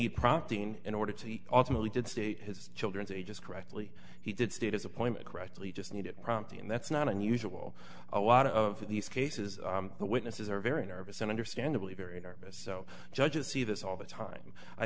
need prompting in order to automate we did state his children's ages correctly he did state as a point correctly just needed prompting and that's not unusual a lot of these cases the witnesses are very nervous and understandably very nervous so judges see this all the time i